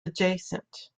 adjacent